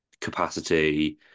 capacity